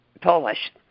Polish